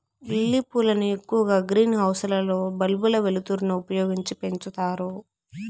lily పూలను ఎక్కువగా green house లలో బల్బుల వెలుతురును ఉపయోగించి పెంచుతారు